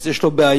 אז יש לו בעיה,